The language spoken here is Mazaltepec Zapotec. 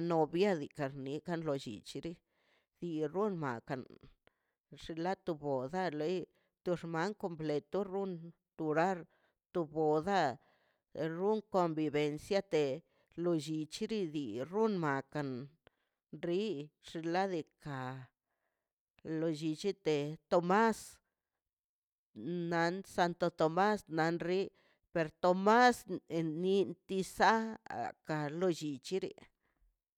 novia de garnie kalo llichili di romakan xlatogo zale to xman completo to run turar to boda ron convivencia de lo llichirili run makan ri xinladika lo llichite tomás nan santo tomás nan rin per tomás en nin tisa ka lo llichiri.